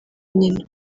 nyina